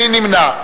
מי נמנע?